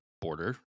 border